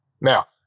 Now